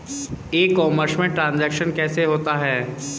ई commerce में transaction कैसे होता है?